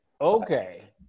Okay